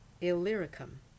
Illyricum